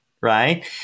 right